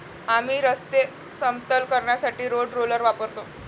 आम्ही रस्ते समतल करण्यासाठी रोड रोलर वापरतो